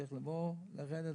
צריך להגיע למקום.